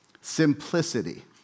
Simplicity